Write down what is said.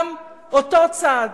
גם אותו צד,